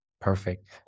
Perfect